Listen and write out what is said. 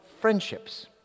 friendships